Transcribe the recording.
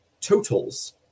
totals